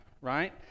right